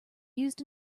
used